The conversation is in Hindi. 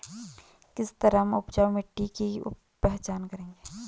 किस तरह हम उपजाऊ मिट्टी की पहचान करेंगे?